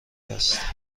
است